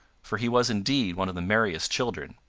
for he was indeed one of the merriest children.